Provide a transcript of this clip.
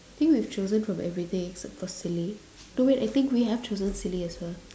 I think we've chosen from every thing except for silly no wait I think we have chosen silly as well